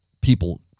people